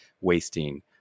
wasting